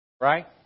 Right